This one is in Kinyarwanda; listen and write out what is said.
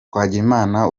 twagirimana